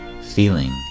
feeling